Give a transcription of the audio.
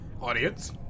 Audience